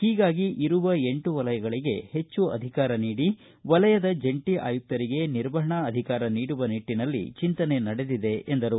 ಹೀಗಾಗಿ ಇರುವ ಎಂಟು ವಲಯಗಳಿಗೆ ಹೆಚ್ಚು ಅಧಿಕಾರ ನೀಡಿ ವಲಯದ ಜಂಟಿ ಆಯುಕ್ತರಿಗೆ ನಿರ್ವಹಣಾ ಅಧಿಕಾರ ನೀಡುವ ನಿಟ್ಟನಲ್ಲಿ ಚಿಂತನೆ ನಡೆದಿದೆ ಎಂದರು